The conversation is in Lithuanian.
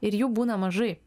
ir jų būna mažai